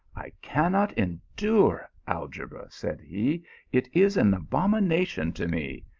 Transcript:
i cannot endure algebra, said he it is an abomination to me.